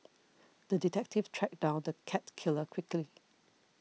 the detective tracked down the cat killer quickly